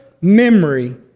memory